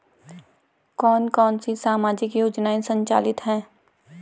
कौन कौनसी सामाजिक योजनाएँ संचालित है?